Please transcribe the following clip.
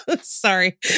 sorry